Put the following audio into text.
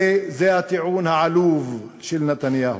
הרי זה הטיעון העלוב של נתניהו.